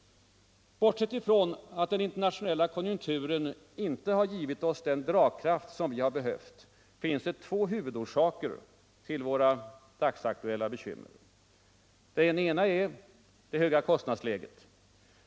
: Bortsett från att den internationella konjunkturen inte givit oss den dragkraft vi behövt finns det två huvudorsaker till våra dagsaktuella bekymmer. Den erna är det höga kostnadsläget.